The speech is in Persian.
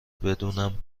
بدونم